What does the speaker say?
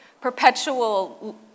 perpetual